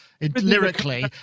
Lyrically